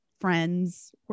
friends